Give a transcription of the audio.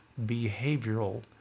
behavioral